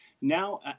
now